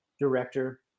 director